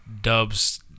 dubs